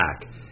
back